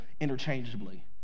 interchangeably